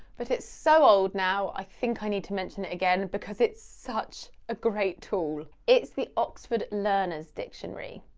but it's so old now i think i need to mention it again because it's such a great tool. it's is the oxford learner's dictionary.